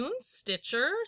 Stitcher